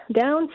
down